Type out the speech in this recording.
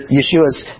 Yeshua's